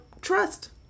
trust